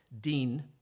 dean